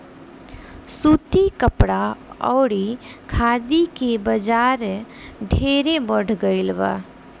सूती कपड़ा अउरी खादी के बाजार ढेरे बढ़ गईल बा